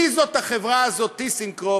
מי זאת החברה הזאת "טיסנקרופ",